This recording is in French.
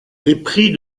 épris